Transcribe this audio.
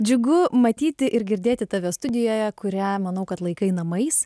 džiugu matyti ir girdėti tave studijoje kurią manau kad laikai namais